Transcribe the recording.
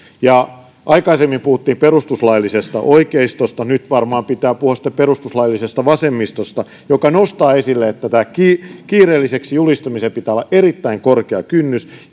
aikaisemmin puhuttiin perustuslaillisesta oikeistosta nyt varmaan pitää puhua sitten perustuslaillisesta vasemmistosta joka nostaa esille sen että kiireelliseksi julistamiseen pitää olla erittäin korkea kynnys